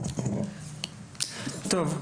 טוב,